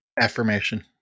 Affirmation